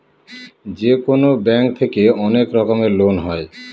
যেকোনো ব্যাঙ্ক থেকে অনেক রকমের লোন হয়